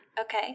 Okay